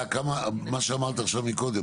לאתר הצפוני